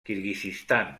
kirguizistan